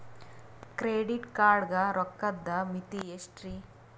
Credit card ಗ ರೋಕ್ಕದ್ ಮಿತಿ ಎಷ್ಟ್ರಿ?